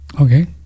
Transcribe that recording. okay